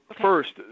first